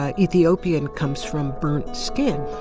ah ethiop ian comes from burnt skin.